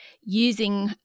using